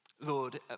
Lord